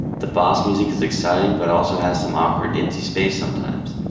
the boss music is exciting but also has some awkward empty space sometimes.